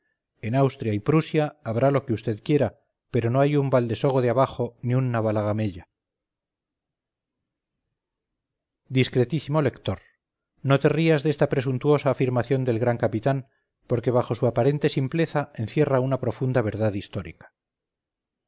en austria y prusia habrá lo que vd quiera pero no hay un valdesogo de abajo ni un navalagamella discretísimo lector no te rías de esta presuntuosa afirmación del gran capitán porque bajo su aparente simpleza encierra una profunda verdad histórica